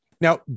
Now